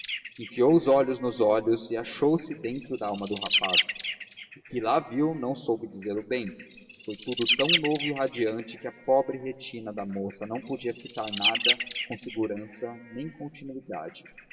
enfiou os olhos nos olhos e achou-se dentro da alma do rapaz o que lá viu não soube dizê-lo bem foi tudo tão novo e radiante que a pobre retina da moça não podia fitar nada com segurança nem continuidade